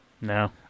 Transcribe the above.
no